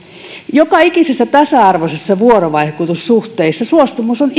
joka ikisessä tasa arvoisessa vuorovaikutussuhteessa suostumus on